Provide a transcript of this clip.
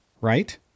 right